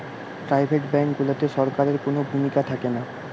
private bank গুলাতে সরকারের কুনো ভূমিকা থাকেনা